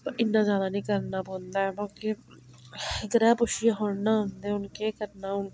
ते इन्ना ज्यादा नी करना पौंदा ऐ पर केह् पता ग्रैह् पुच्छियै थोह्ड़े न औंदे हून केह् करना हून